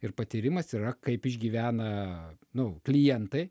ir patyrimas yra kaip išgyvena nu klientai